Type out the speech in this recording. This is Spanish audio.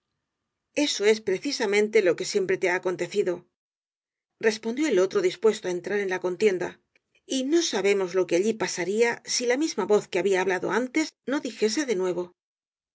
eso es precisamente lo que siempre te ha acontecido respondió el otro dispuesto á entrar en contienda y no sabemos lo que allí pasaría si la misma voz que había hablado antes no dijese de nuevo